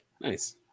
Nice